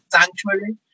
sanctuary